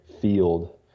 field